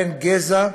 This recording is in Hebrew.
ובהן גזע,